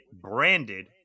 branded